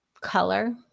color